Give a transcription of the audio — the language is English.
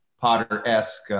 Potter-esque